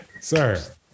sir